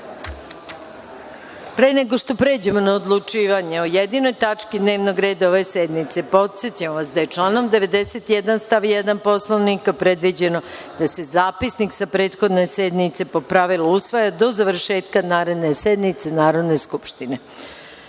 nego što pređemo na odlučivanje o jedinoj tački dnevnog reda ove sednice, podsećam vas da je članom 91. stav 1. Poslovnika predviđeno da se zapisnik sa prethodne sednice po pravilu usvoji do završetka naredne sednice Narodne skupštine. Pošto